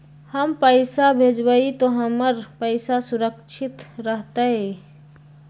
हम पैसा भेजबई तो हमर पैसा सुरक्षित रहतई?